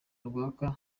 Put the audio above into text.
rwaka